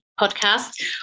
podcast